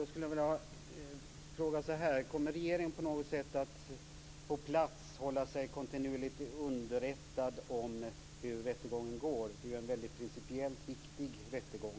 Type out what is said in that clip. Fru talman! Kommer regeringen på något sätt att på plats kontinuerligt hålla sig underrättad om hur rättegången går? Det är ju en principiellt väldigt viktig rättegång.